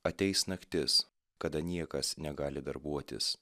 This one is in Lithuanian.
ateis naktis kada niekas negali darbuotis